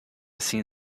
seen